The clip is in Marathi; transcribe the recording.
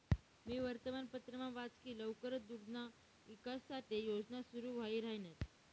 मी वर्तमानपत्रमा वाच की लवकरच दुग्धना ईकास साठे योजना सुरू व्हाई राहिन्यात